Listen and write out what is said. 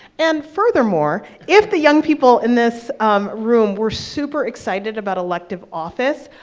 and furthermore, if the young people in this um room were super excited about elective office,